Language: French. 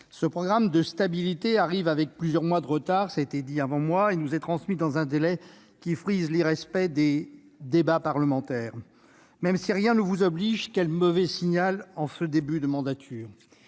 de programme de stabilité nous est présenté avec plusieurs mois de retard, cela a été dit, et nous est transmis dans un délai qui frise l'irrespect du Parlement. Même si rien ne vous oblige, quel mauvais signal en ce début de mandature !